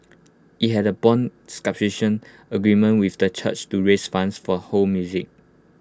IT had A Bond subscription agreement with the church to raise funds for ho music